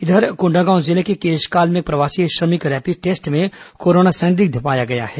इधर कोंडागांव जिले के केशकाल में एक प्रवासी श्रमिक रैपिड टेस्ट में कोरोना संदिग्ध पाया गया है